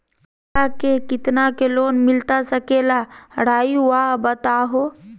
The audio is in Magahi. हमरा के कितना के लोन मिलता सके ला रायुआ बताहो?